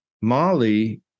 Molly